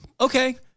Okay